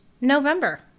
november